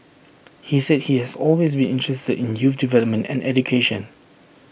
he said he has always been interested in youth development and education